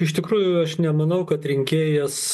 iš tikrųjų aš nemanau kad rinkėjas